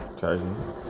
Charging